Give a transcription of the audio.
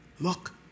Look